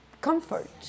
comfort